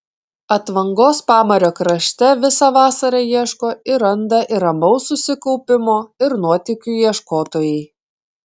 atvangos pamario krašte visą vasarą ieško ir randa ir ramaus susikaupimo ir nuotykių ieškotojai